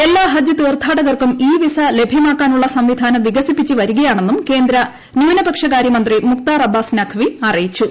എല്ലാ ഹജ്ജ് തീർത്ഥാടകർക്കും e visa ലഭ്യമാക്കാനുള്ള സംവിധാനം വികസിപ്പിച്ച് വരികയാണെന്നും കേന്ദ്ര ന്യൂനപക്ഷ കാര്യ മന്ത്രി മുഖ്താർ അബ്ബാസ് നഖ്വി അറിയിച്ചു